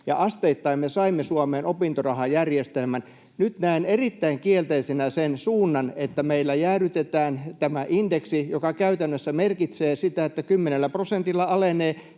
asteittain me saimme Suomeen opintorahajärjestelmän. Nyt näen erittäin kielteisenä sen suunnan, että meillä jäädytetään tämä indeksi, mikä käytännössä merkitsee sitä, että kymmenellä prosentilla alenee